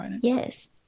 Yes